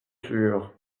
sûre